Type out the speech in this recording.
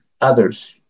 others